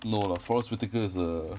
no lah forest whitaker is a